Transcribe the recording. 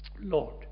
Lord